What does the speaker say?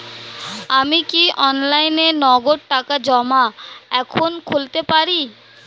আমি কি অনলাইনে নগদ টাকা জমা এখন খুলতে পারি?